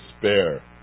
despair